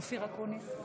אופיר אקוניס,